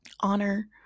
honor